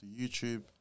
YouTube